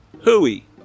hooey